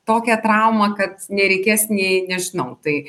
tokią traumą kad nereikės nei nežinau tai